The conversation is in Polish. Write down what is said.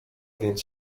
więc